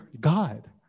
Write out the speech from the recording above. God